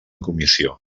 comissió